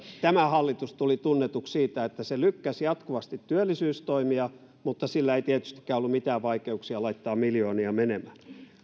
tämä hallitus tuli tunnetuksi siitä että se lykkäsi jatkuvasti työllisyystoimia mutta sillä ei tietystikään ollut mitään vaikeuksia laittaa miljoonia menemään